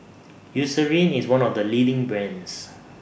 Eucerin IS one of The leading brands